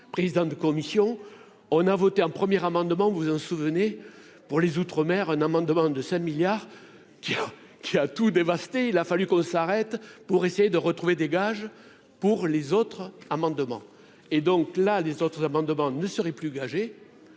présidents de commission, on a voté un premier amendement, vous vous en souvenez, pour les outre-mer un amendement de 5 milliards qui a, qui a tout dévasté, il a fallu qu'on s'arrête pour essayer de retrouver dégage pour les autres amendements et donc là les autres amendements ne serait plus gager